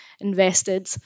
invested